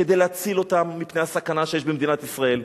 כדי להציל אותם מפני הסכנה שיש במדינת ישראל,